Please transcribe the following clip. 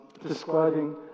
Describing